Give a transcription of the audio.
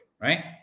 right